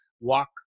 walk